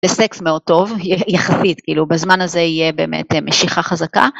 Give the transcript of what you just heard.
לסקס מאוד טוב יחסית כאילו בזמן הזה יהיה באמת משיכה חזקה